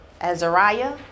Azariah